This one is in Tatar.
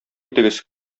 итегез